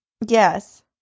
Yes